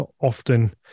often